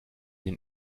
den